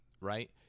right